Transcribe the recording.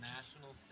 National